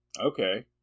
Okay